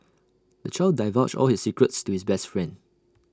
the child divulged all his secrets to his best friend